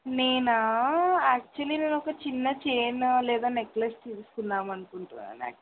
నేను యాక్చువలీ నేను ఓక చిన్న చైన్ లేదా నెక్లెస్ తీసుకుందాం అనుకుంటున్నాను యాక్